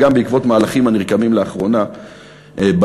גם בעקבות מהלכים הנרקמים לאחרונה בימין,